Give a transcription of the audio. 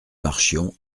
marchions